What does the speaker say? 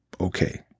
Okay